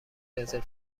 رزرو